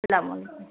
سلام علیکم